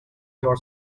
your